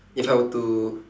if I were to